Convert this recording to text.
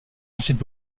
ensuite